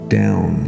down